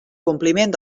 compliment